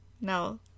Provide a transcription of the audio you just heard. no